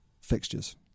fixtures